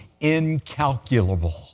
incalculable